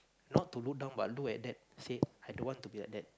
not to look down but look at that say I don't want to be like that